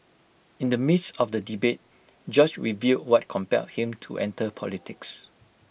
in the midst of the debate George revealed what compelled him to enter politics